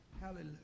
Hallelujah